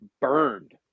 burned